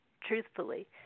truthfully